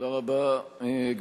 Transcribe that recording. נמנעים.